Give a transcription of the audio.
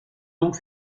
donc